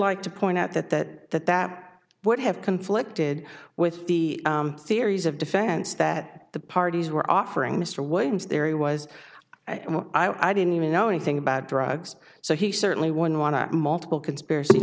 like to point out that that would have conflicted with the series of defense that the parties were offering mr williams there he was i didn't even know anything about drugs so he certainly wouldn't want to multiple conspiracy